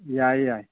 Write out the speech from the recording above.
ꯌꯥꯏ ꯌꯥꯏ